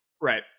Right